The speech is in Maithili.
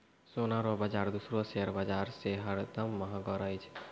सोना रो बाजार दूसरो शेयर बाजार से हरदम महंगो रहै छै